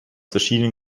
verschiedenen